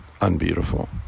unbeautiful